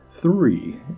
three